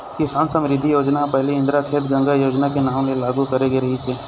किसान समरिद्धि योजना ह पहिली इंदिरा खेत गंगा योजना के नांव ले लागू करे गे रिहिस हे